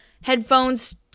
headphones